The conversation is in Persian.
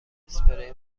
اسپری